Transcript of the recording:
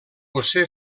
josé